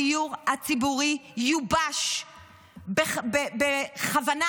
הדיור הציבורי יובש בכוונה,